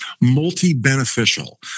multi-beneficial